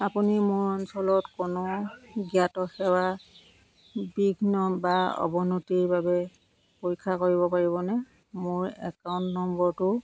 আপুনি মোৰ অঞ্চলত কোনো জ্ঞাত সেৱা বিঘ্ন বা অৱনতিৰ বাবে পৰীক্ষা কৰিব পাৰিবনে মোৰ একাউণ্ট নম্বৰটো